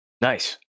Nice